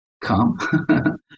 come